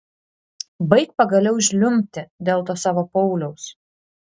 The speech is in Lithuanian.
baik pagaliau žliumbti dėl to savo pauliaus